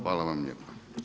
Hvala vam lijepa.